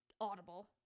Audible